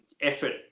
effort